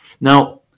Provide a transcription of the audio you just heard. Now